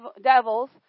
devils